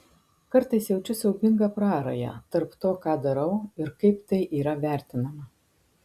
kartais jaučiu siaubingą prarają tarp to ką darau ir kaip tai yra vertinama